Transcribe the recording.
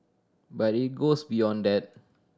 but it goes beyond that